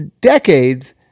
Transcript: decades